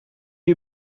you